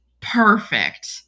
perfect